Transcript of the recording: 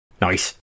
Nice